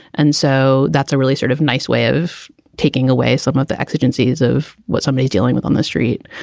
and so that's a really sort of nice way of taking away some of the exigencies of what somebody's dealing with on the street.